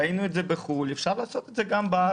ראינו את זה בחו"ל, אפשר לעשות את זה גם בארץ.